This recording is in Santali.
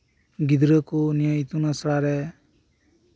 ᱜᱤᱫᱽᱨᱟᱹ ᱠᱚ ᱱᱤᱭᱮ ᱤᱛᱩᱱ ᱟᱥᱲᱟᱨᱮ